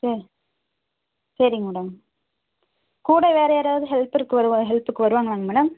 சே சரிங்க மேடம் கூட வேறு யாராவது ஹெல்ப்பிற்கு வருவா ஹெல்ப்புக்கு வருவாங்களா மேடம்